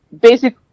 basic